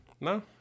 no